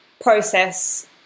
process